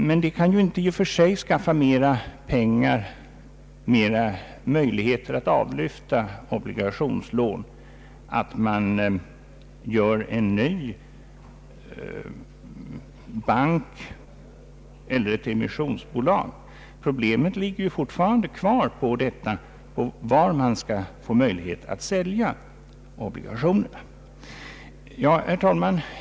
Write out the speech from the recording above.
Men detta att man gör en ny bank eller ett emissionsbolag kan ju inte i och för sig skaffa mera pengar, d.v.s. större möjligheter att avlyfta obligationslån. Problemet ligger fortfarande kvar. Var skall man få möjlighet att sälja obligationerna? Herr talman!